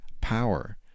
power